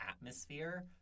atmosphere